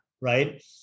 right